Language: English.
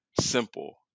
simple